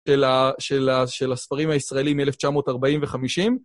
של הספרים הישראלים מ-1940 ו-50.